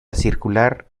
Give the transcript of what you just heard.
circular